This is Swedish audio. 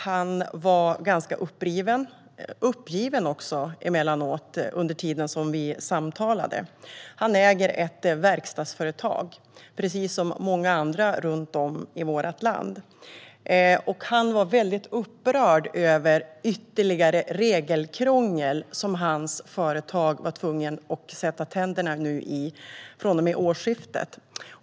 Han var ganska uppriven, emellanåt också ganska uppgiven, under tiden vi samtalade. Han äger ett verkstadsföretag, precis som många andra i vårt land. Han var upprörd över ytterligare regelkrångel som hans företag kommer att bli tvunget att sätta tänderna i från och med årsskiftet.